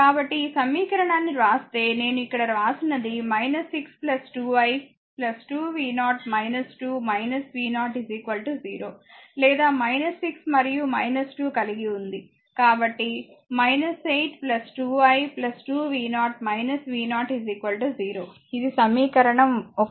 కాబట్టి ఈ సమీకరణాన్ని వ్రాస్తే నేను ఇక్కడ వ్రాసినది 6 2 i 2 v0 2 v0 0 లేదా 6 మరియు 2 కలిగి ఉంది కాబట్టి 8 2 i 2 v0 v0 0 ఇది సమీకరణం 1